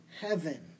heaven